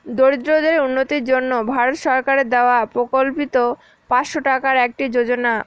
দরিদ্রদের উন্নতির জন্য ভারত সরকারের দেওয়া প্রকল্পিত পাঁচশো টাকার একটি যোজনা